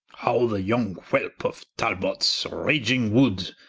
how the yong whelpe of talbots raging wood,